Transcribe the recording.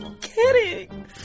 kidding